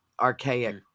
archaic